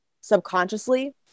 subconsciously